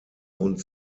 und